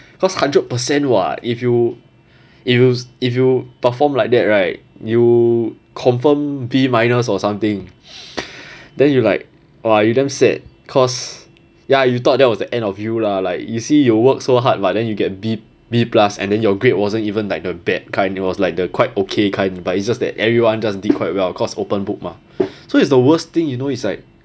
cause hundred percent [what] if you if you if you perform like that right you confirm B minus or something then you like !wah! you damn sad cause ya you thought that was the end of you lah like you see you work so hard but then you get B B plus and then your grade wasn't even like the bad kind it was like the quite okay kind but it's just that everyone just did quite well cause open book mah so it's the worst thing you know it's like